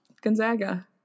gonzaga